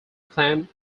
clan